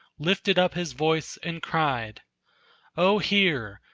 lifted up his voice and cried o hear!